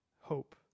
hope